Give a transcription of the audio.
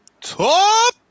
top